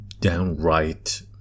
downright